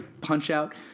punch-out